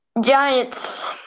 Giants